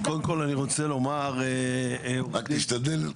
קודם כל אני רוצה לומר, קצר, קצר.